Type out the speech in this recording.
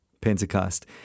Pentecost